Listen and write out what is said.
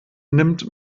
nimmt